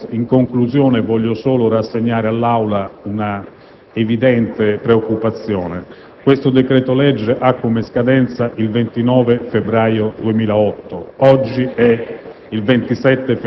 presentati. In conclusione, voglio solo rassegnare all'Aula una evidente preoccupazione. Questo decreto-legge scade il 29 febbraio 2008. Oggi è